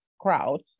crowd